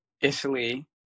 Italy